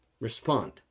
respond